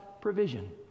provision